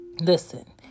listen